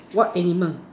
what animal